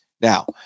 Now